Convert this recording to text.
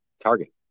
target